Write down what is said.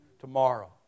tomorrow